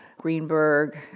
Greenberg